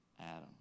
Adam